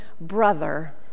brother